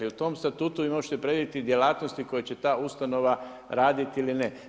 U tom statutu vi možete prenijeti djelatnosti koje će ta ustanova raditi ili ne.